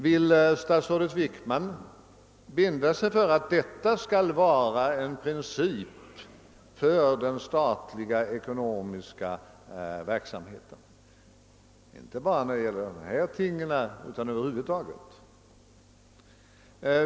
Vill statsrådet Wickman binda sig för att detta skall vara en princip för den statliga ekonomiska verksamheten, inte bara när det gäller dagens ämne, utan över huvud taget?